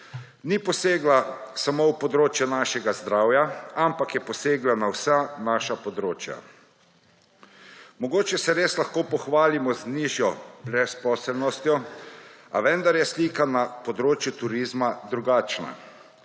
Ni posegla samo v področje našega zdravja, ampak je posegla na vsa naša področja. Mogoče se res lahko pohvalimo z nižjo brezposelnostjo, a vendar je slika na področju turizma drugačna.